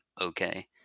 okay